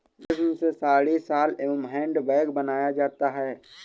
रेश्म से साड़ी, शॉल एंव हैंड बैग बनाया जाता है